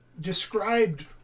described